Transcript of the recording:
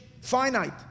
Finite